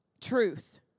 truth